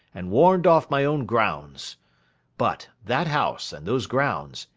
and warned off my own grounds but, that house, and those grounds,